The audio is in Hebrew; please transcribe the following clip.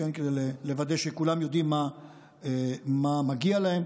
כדי לוודא שכולם יודעים מה מגיע להם,